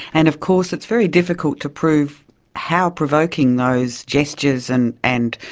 and of course it's very difficult to prove how provoking those gestures and and